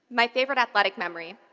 my favorite athletic memory,